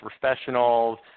professionals